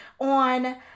on